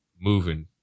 moving